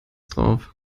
drauf